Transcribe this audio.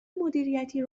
مدیریتی